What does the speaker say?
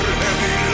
heavy